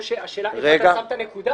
או שהשאלה: איפה אתה שם את הנקודה?